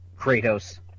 Kratos